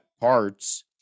parts